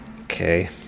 Okay